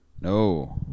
no